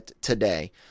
today